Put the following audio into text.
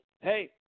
hey